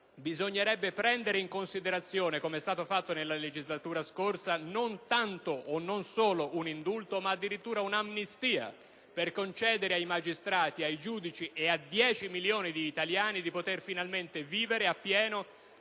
bisognerebbe prendere in considerazione, come è stato fatto nella legislatura scorsa, non tanto o non solo un indulto, ma addirittura un'amnistia per concedere ai magistrati, ai giudici e a 10 milioni di italiani di poter finalmente vivere appieno